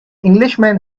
englishman